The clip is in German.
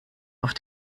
auf